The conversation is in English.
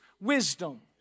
wisdom